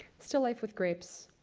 still life with grapes.